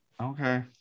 Okay